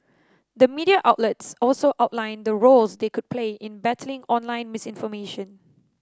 the media outlets also outlined the roles they could play in battling online misinformation